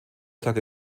tage